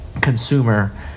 consumer